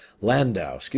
Landau